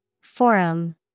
Forum